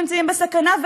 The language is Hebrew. נמצאים בסכנה,